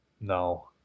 No